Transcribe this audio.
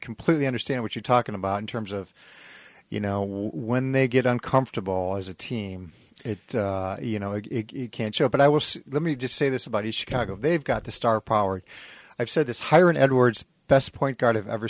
completely understand what you're talking about in terms of you know when they get uncomfortable as a team it you know you can't show but i will let me just say this about the chicago they've got the star power i've said this hiring edwards best point guard i've ever